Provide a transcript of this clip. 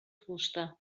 fusta